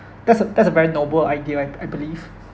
that's a that's a very noble idea I be I believe